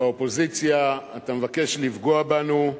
באופוזיציה, אתה מבקש לפגוע בנו,